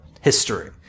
history